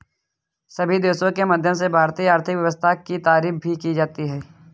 सभी देशों के माध्यम से भारतीय आर्थिक व्यवस्था की तारीफ भी की जाती है